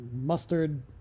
mustard